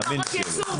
תאמין לי שיבואו כולם.